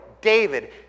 David